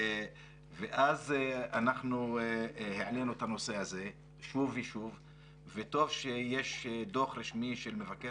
ואז אנחנו העלינו את הנושא הזה שוב ושוב וטוב שיש דוח רשמי של מבקר